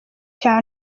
cya